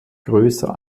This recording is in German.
größer